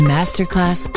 Masterclass